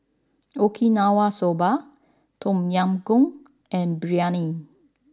Okinawa Soba Tom Yam Goong and Biryani